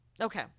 okay